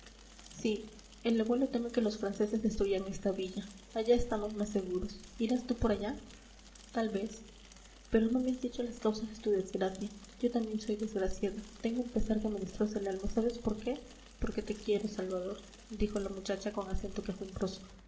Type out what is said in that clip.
vitoria sí el abuelo teme que los franceses destruyan esta villa allá estamos más seguros irás tú por allá tal vez pero no me has dicho las causas de tu desgracia yo también soy desgraciada tengo un pesar que me destroza el alma sabes por qué porque te quiero salvador dijo la muchacha con acento